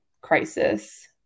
crisis